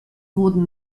wurden